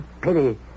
Pity